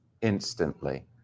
instantly